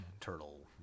turtle